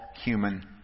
human